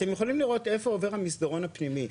אתם יכולים לראות איפה עובר המסדרון הפנימי,